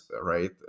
right